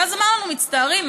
ואז אמרנו: מצטערים,